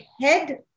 head